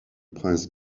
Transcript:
prince